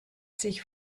sich